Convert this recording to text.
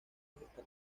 esta